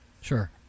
Sure